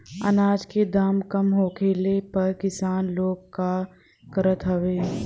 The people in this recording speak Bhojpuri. अनाज क दाम कम होखले पर किसान लोग का करत हवे?